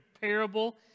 parable